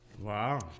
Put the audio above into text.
Wow